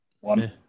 One